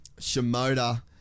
Shimoda